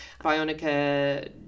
Bionica